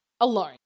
alone